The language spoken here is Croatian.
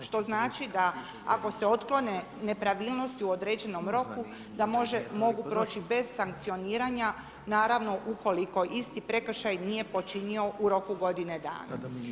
Što znači da ako se otklone nepravilnosti u određenom roku da mogu proći bez sankcioniranja naravno ukoliko isti prekršaj nije počinio u roku godine dana.